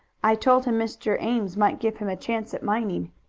i told him mr. ames might give him a chance at mining.